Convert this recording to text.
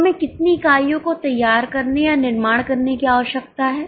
तो हमें कितनी इकाइयों को तैयार करने या निर्माण करने की आवश्यकता है